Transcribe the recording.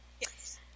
Yes